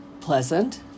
Pleasant